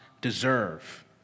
deserve